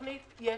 בתוכנית יש